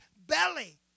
belly